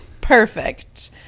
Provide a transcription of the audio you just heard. Perfect